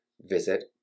visit